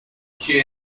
share